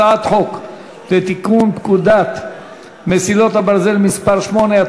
הצעת חוק לתיקון פקודת מסילות הברזל (מס' 8),